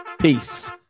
Peace